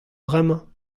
bremañ